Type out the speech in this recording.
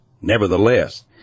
Nevertheless